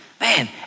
Man